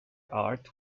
art